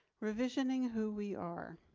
revisioning who we are